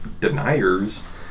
deniers